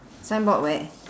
signboard where